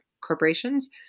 corporations